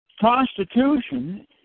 Constitution